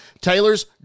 Taylor's